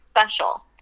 special